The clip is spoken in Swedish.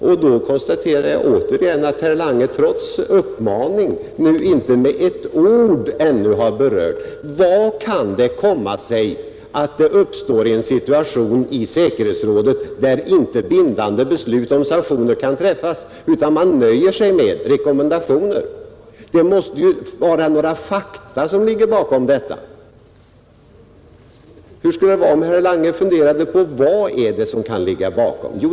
Jag måste återigen konstatera att herr Lange, trots uppmaning, hittills inte med ett ord har berört hur det kan komma sig att det uppstår en sådan situation i säkerhetsrådet att bindande beslut om sanktioner inte kan träffas utan man nöjer sig med rekommendationer. Det måste ju vara några fakta som ligger bakom detta. Hur skulle det vara om herr Lange funderade på vad det är som kan ligga bakom?